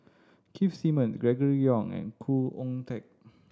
Keith Simmons Gregory Yong and Khoo Oon Teik